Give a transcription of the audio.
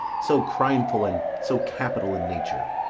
so crimeful and so capital in nature,